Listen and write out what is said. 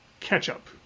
ketchup